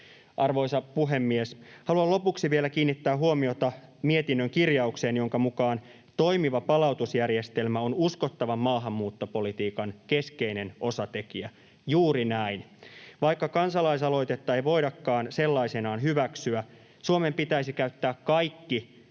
Arvoisa puhemies! Haluan lopuksi vielä kiinnittää huomiota mietinnön kirjaukseen, jonka mukaan toimiva palautusjärjestelmä on uskottavan maahanmuuttopolitiikan keskeinen osatekijä — juuri näin. Vaikka kansalaisaloitetta ei voidakaan sellaisenaan hyväksyä, Suomen pitäisi käyttää kaikki